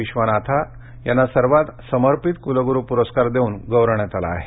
विश्वनाथा यांना सर्वात समर्पित कुलगुरु पुरस्कार देऊन गौरवण्यात आलं आहे